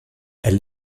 elle